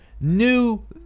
new